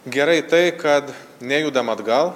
gerai tai kad nejudam atgal